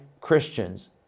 Christians